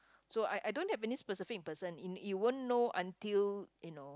so I I don't have any specific person in you won't know until you know